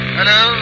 Hello